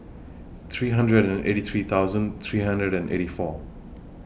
three hundred and eighty three thousand three hundred and eighty four